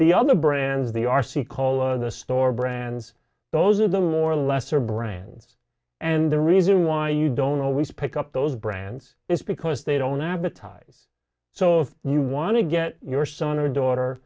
the other brands the r c cola the store brands those of the more lesser brands and the reason why you don't always pick up those brands is because they don't advertise so if you want to get your son or daughter